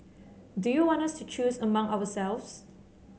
do you want us to choose among ourselves